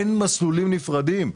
אין מסלולים נפרדים.